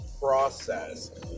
process